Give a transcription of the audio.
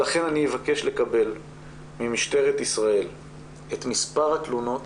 לכן אני אבקש לקבל ממשטרת ישראל את מספר התלונות